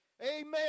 Amen